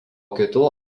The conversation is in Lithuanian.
kitų